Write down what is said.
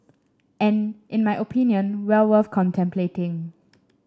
and in my opinion well worth contemplating